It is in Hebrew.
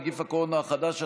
נגיף הקורונה החדש),